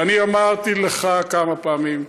ואני אמרתי לך כמה פעמים,